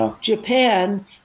Japan